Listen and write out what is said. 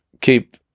keep